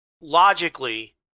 logically